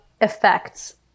effects